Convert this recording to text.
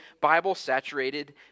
Bible-saturated